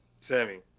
Sammy